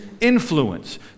influence